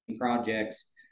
projects